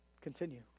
Continue